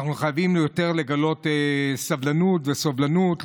אנחנו חייבים לגלות יותר סבלנות וסובלנות,